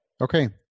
Okay